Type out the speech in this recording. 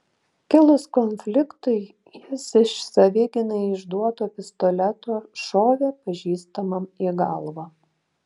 kilus konfliktui jis iš savigynai išduoto pistoleto šovė pažįstamam į galvą